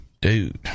dude